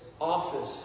office